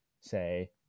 say